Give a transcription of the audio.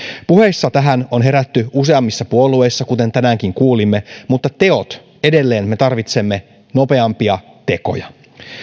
puheissa tähän on herätty useammissa puolueissa kuten tänäänkin kuulimme mutta teot edelleen me tarvitsemme nopeampia tekoja